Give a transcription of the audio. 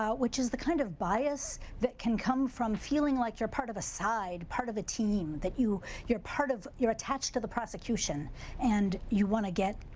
which is the kind of bias that can come from feeling like you're part of a side part of a team, that you you're part of you're attached to the prosecution and you wanna get,